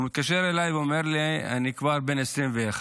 הוא מתקשר אליי ואומר לי: אני כבר בן 21,